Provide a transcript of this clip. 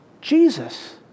Jesus